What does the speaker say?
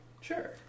Sure